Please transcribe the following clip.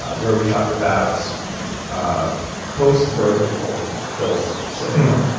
ah where we talked about ah post birth control pill so syndrome.